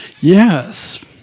Yes